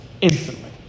Instantly